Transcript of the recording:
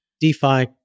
DeFi